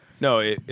No